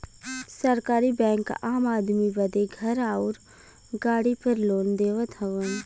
सरकारी बैंक आम आदमी बदे घर आउर गाड़ी पर लोन देवत हउवन